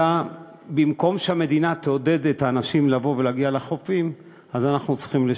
אלא במקום שהמדינה תעודד את האנשים להגיע לחופים אנחנו צריכים לשלם.